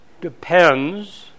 Depends